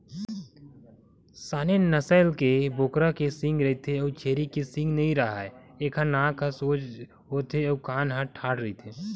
Saanen नसल के बोकरा के सींग रहिथे अउ छेरी के सींग नइ राहय, एखर नाक ह सोज होथे अउ कान ह ठाड़ रहिथे